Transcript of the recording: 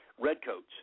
redcoats